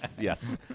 yes